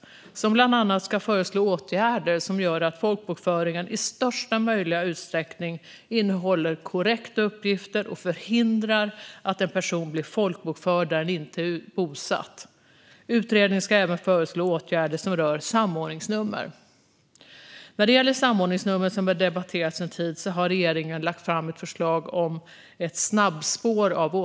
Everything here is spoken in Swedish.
Den ska bland annat föreslå åtgärder som gör att folkbokföringen i största möjliga utsträckning innehåller korrekta uppgifter och förhindrar att en person blir folkbokförd där den inte är bosatt. Utredningen ska även föreslå åtgärder som rör samordningsnummer. När det gäller samordningsnummer, som har debatterats en tid, har regeringen, i väntan på folkbokföringsutredningen, lagt fram ett förslag om ett snabbspår av